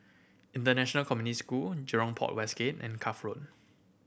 International Community School Jurong Port West Gate and Cuff Road